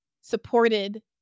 supported